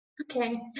okay